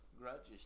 grudges